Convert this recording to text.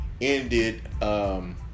ended